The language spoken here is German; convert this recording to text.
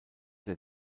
der